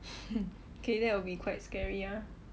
okay that will be quite scary ah